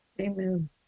Amen